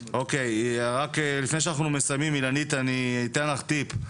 לפני שאנחנו מסיימים, אילנית, אני אתן לך טיפ,